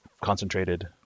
concentrated